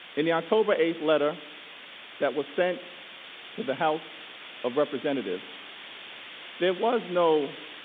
in the october a letter that was sent to the house of representatives there was no